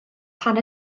pan